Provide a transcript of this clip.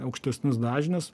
aukštesnius dažnius